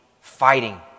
fighting